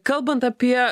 kalbant apie